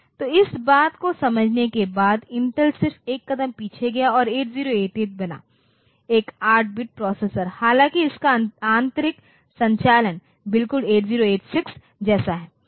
तो इस बात को समझने के बाद इंटेल सिर्फ एक कदम पीछे गया और 8088 बना एक 8 बिट प्रोसेसर हालांकि इसका आंतरिक संचालन बिल्कुल 8086 जैसा है